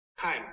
time